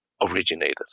originated